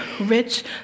rich